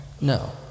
No